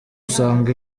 usanga